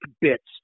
bits